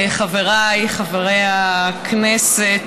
חבריי חברי הכנסת,